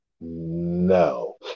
No